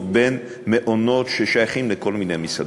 בין מעונות ששייכים לכל מיני משרדים.